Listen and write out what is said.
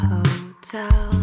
Hotel